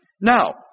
Now